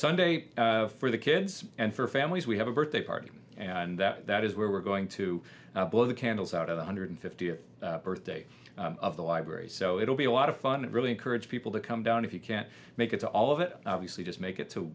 sunday for the kids and for families we have a birthday party and that is where we're going to blow the candles out at one hundred fiftieth birthday of the library so it'll be a lot of fun and really encourage people to come down if you can't make it to all of it obviously just make it to